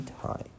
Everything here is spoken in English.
high